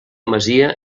masia